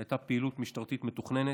זאת הייתה פעילות משטרתית מתוכננת.